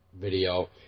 video